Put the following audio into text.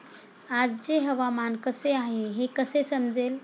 आजचे हवामान कसे आहे हे कसे समजेल?